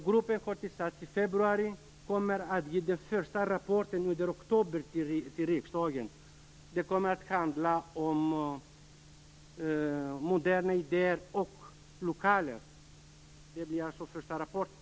Gruppen som tillsattes i februari kommer att lämna den första rapporten till riksdagen under oktober. Det kommer att handla om moderna idéer och lokaler. Det blir alltså den första rapporten.